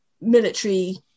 military